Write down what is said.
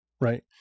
Right